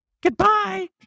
goodbye